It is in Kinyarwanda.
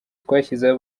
twashyizeho